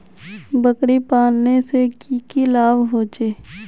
बकरी पालने से की की लाभ होचे?